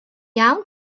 iawn